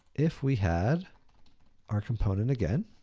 if we had our component again,